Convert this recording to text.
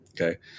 Okay